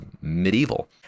medieval